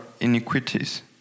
iniquities